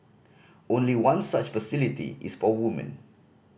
only one such facility is for woman